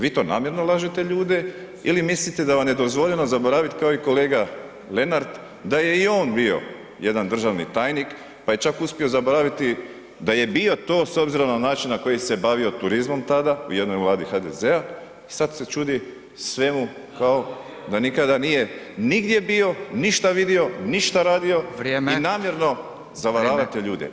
Vi to namjerno lažete ljude ili mislite da vam je dozvoljeno zaboravit kao i kolega Lenart da je i on bio jedan državni tajnik pa je čak uspio zaboraviti da je bio to s obzirom na način na koji se bavio turizmom tada u jednoj vladi HDZ-a i sad se čudi svemu kao da nikada nije nigdje bio, ništa vidio, ništa radio [[Upadica: Vrijeme.]] i namjerno zavaravate ljude.